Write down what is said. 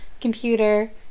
Computer